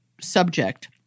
subject